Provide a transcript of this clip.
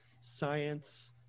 science